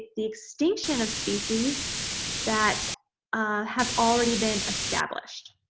the extinction of species that have already been established.